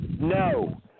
No